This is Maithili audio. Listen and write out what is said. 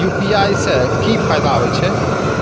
यू.पी.आई से की फायदा हो छे?